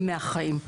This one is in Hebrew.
היא מהחיים.